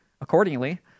accordingly